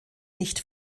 nicht